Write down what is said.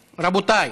רבותיי,